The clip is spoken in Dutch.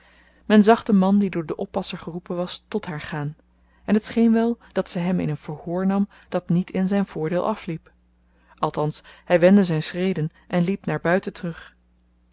men zag den man die door den oppasser geroepen was tot haar gaan en t scheen wel dat ze hem in een verhoor nam dat niet in zyn voordeel afliep althans hy wendde zyn schreden en liep naar buiten terug